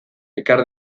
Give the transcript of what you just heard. ekar